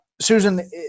Susan